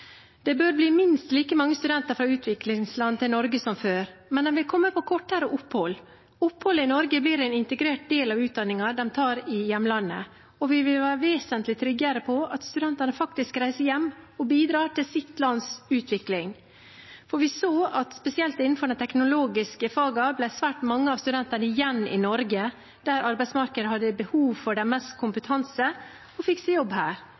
Det bør bli minst like mange studenter fra utviklingsland til Norge som før, men de vil komme på kortere opphold. Oppholdet i Norge blir en integrert del av utdanningen de tar i hjemlandet, og vi vil være vesentlig tryggere på at studentene faktisk reiser hjem og bidrar til sitt lands utvikling. For vi så at spesielt innenfor de teknologiske fagene ble svært mange av studentene igjen i Norge, der arbeidsmarkedet hadde behov for deres kompetanse, og fikk seg jobb her.